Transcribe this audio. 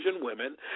women